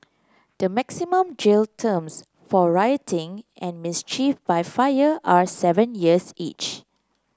the maximum jail terms for rioting and mischief by fire are seven years each